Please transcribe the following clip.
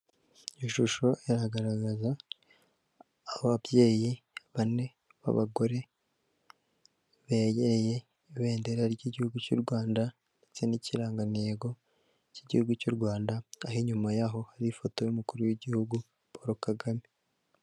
Ishusho iragaragaza ababyeyi bane b'abagore, begereye ibendera ry'igihugu cy'u Rwanda ndetse n'ikirangantego cy'igihugu cy'u Rwanda aho inyuma yaho hari ifoto y'umukuru w'igihugu Paul Kagame.